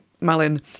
Malin